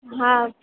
હા